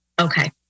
Okay